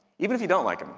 even if you don't like them,